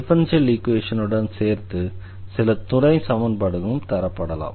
differential ஈக்வேஷனுடன் சேர்த்து சில துணை சமன்பாடுகளும் தரப்படலாம்